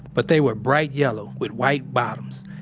but they were bright yellow with white bottoms.